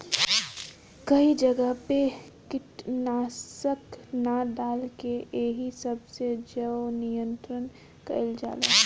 कई जगह पे कीटनाशक ना डाल के एही सब से जैव नियंत्रण कइल जाला